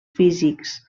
físics